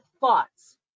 thoughts